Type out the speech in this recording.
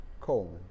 Coleman